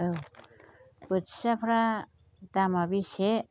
औ बोथियाफ्रा दामा बेसे